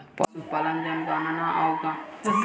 पशुपालन जनगणना गांव अउरी शहर सब के जानवरन के संख्या जोड़ल जाला